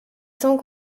sans